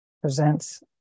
presents